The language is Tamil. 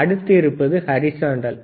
அடுத்து இருப்பது ஹரிசாண்டல்